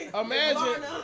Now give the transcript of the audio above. imagine